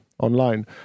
Online